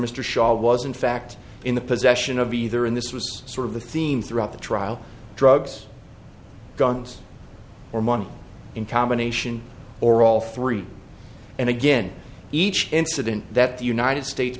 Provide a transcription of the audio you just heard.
mr shaw was in fact in the possession of either in this was sort of the theme throughout the trial drugs guns or money in combination or all three and again each incident that the united states